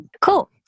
Cool